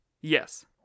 Yes